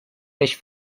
peix